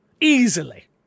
Easily